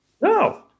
No